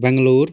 Bangalore